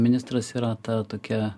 ministras yra ta tokia